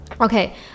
Okay